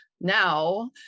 now